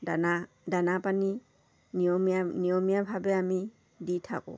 দানা দানা পানী নিয়মীয়া নিয়মীয়াভাৱে আমি দি থাকোঁ